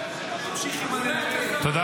זה החוק.